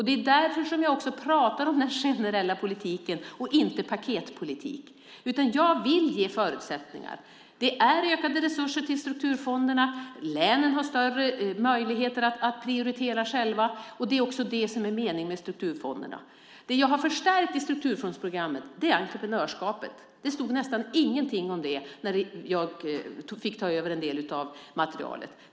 Det är därför som jag också pratar om den generella politiken och inte paketpolitik. Jag vill ge förutsättningar. Det är ökade resurser till strukturfonderna. Länen har större möjligheter att prioritera själva. Det är också det som är meningen med strukturfonderna. Det jag har förstärkt i strukturfondsprogrammet är entreprenörskapet. Det stod nästan ingenting om det när jag fick ta över en del av materialet.